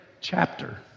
chapter